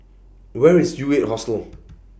Where IS U eight Hostel